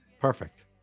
Perfect